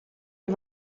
die